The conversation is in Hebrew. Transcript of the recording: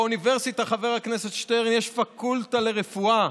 חבר הכנסת שטרן, באוניברסיטה יש פקולטה לרפואה.